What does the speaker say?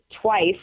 TWICE